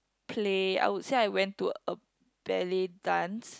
Play I would say I went to a ballet dance